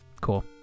Cool